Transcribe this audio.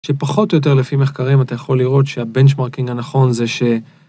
שפחות או יותר לפי מחקרים אתה יכול לראות שהבנצ'מרקינג הנכון זה ש...